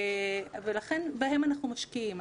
ולכן, בהם אנחנו משקיעים.